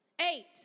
Eight